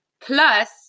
Plus